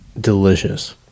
delicious